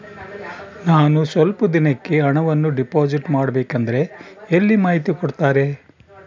ನಾನು ಸ್ವಲ್ಪ ದಿನಕ್ಕೆ ಹಣವನ್ನು ಡಿಪಾಸಿಟ್ ಮಾಡಬೇಕಂದ್ರೆ ಎಲ್ಲಿ ಮಾಹಿತಿ ಕೊಡ್ತಾರೆ?